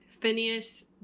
phineas